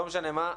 לא משנה מה,